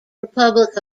republic